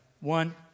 One